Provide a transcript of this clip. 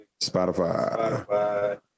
Spotify